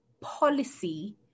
policy